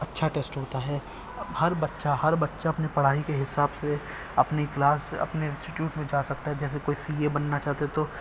اچھا ٹیسٹ ہوتا ہے ہر بچہ ہر بچہ اپنی پڑھائی کے حساب سے اپنے کلاس اپںے انسٹیٹیوٹ میں جا سکتا ہے جیسے کوئی سی اے بننا چاہتا ہے تو